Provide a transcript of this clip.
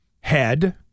head